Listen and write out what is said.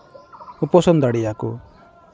ᱩᱯᱟᱥᱚᱱ ᱫᱟᱲᱮᱭᱟᱜᱼᱟ ᱠᱚ